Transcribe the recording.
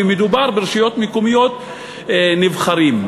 ומדובר ברשויות מקומיות נבחרות.